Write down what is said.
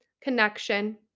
connection